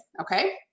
Okay